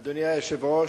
אדוני היושב-ראש,